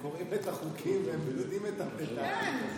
והם קוראים את החוקים והם יודעים את --- כן --- בסדר,